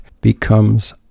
becomes